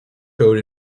code